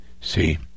See